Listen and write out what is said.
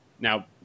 Now